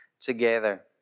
together